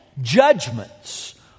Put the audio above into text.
judgments